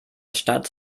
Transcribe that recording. stadt